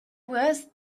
was